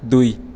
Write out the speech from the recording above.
দুই